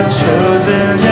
chosen